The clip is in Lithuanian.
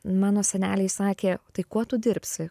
mano seneliai sakė tai kuo tu dirbsi